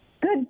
good